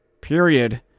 period